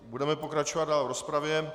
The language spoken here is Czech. Budeme pokračovat dál v rozpravě.